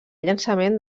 llançament